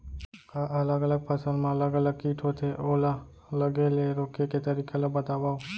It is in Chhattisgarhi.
का अलग अलग फसल मा अलग अलग किट होथे, ओला लगे ले रोके के तरीका ला बतावव?